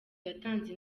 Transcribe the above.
yatanze